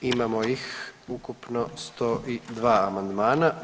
Imamo ih ukupno 102 amandmana.